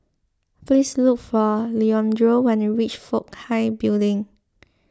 please look for Leandro when you reach Fook Hai Building